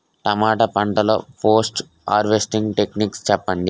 టమాటా పంట లొ post harvesting techniques చెప్పండి?